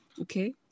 okay